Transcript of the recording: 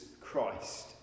Christ